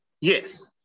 Yes